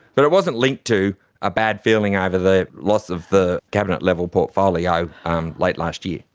but it wasn't linked to a bad feeling ah over the loss of the cabinet level portfolio um late last year?